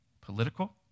political